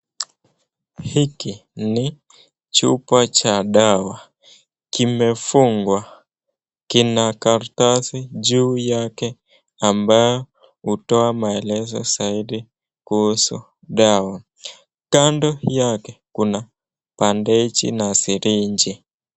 Hiki ni chupa cha dawa kimefungwa kina karatasi juu yake ambayo hutoa maelezo zaidi kuhusu dawa kando yake kuna bandeji na sirinji.